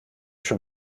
schon